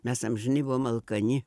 mes amžinai buvom alkani